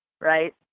right